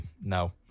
No